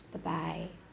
bye bye